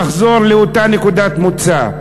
נחזור לאותה נקודת מוצא.